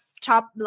top